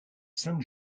sainte